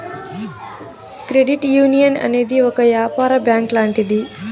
credit union అనేది ఒక యాపార బ్యాంక్ లాంటిది